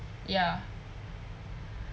ya